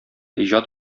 иҗат